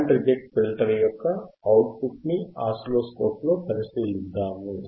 band reject filter యొక్క output ని oscilloscope లో పరిశీలిద్దాము